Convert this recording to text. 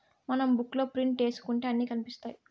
మనం బుక్ లో ప్రింట్ ఏసుకుంటే అన్ని కనిపిత్తాయి